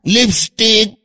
Lipstick